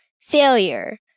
failure